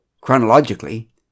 Chronologically